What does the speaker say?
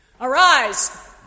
Arise